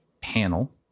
panel